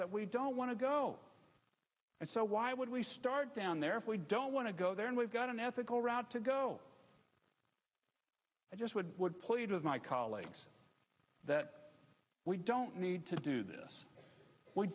that we don't want to go and so why would we start down there for we don't want to go there and we've got an ethical route to go i just would plead with my colleagues that we don't need to do this we